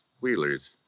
Wheeler's